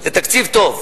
זה תקציב טוב.